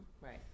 Right